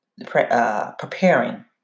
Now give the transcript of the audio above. Preparing